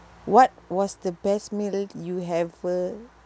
what was the best meal you ever